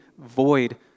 void